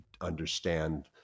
Understand